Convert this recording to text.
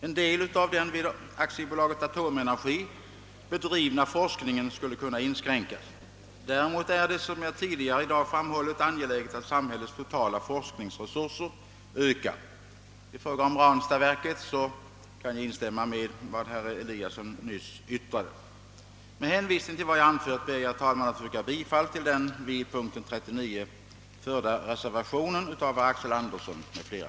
En del av den vid AB Atomenergi bedrivna forskningen skulle kunna inskränkas. Däremot är det, såsom jag tidigare i dag framhållit, angeläget att samhällets totala forskningsresurser ökar. I fråga om Ranstadsverket kan jag instämma i vad herr Eliasson i Sundborn nyss yttrade. Med hänvisning till vad jag har anfört ber jag att få yrka bifall till den vid punkten 39 fogade reservationen nr 5 av herr Axel Andersson m.fl.